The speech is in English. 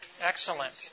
excellent